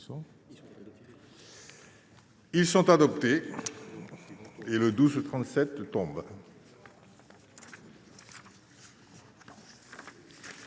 Ils sont adoptés et le 12 37 tombes.